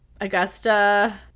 Augusta